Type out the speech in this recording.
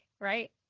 right